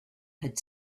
had